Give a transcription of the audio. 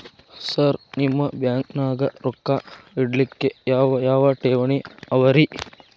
Sir ನಿಮ್ಮ ಬ್ಯಾಂಕನಾಗ ರೊಕ್ಕ ಇಡಲಿಕ್ಕೆ ಯಾವ್ ಯಾವ್ ಠೇವಣಿ ಅವ ರಿ?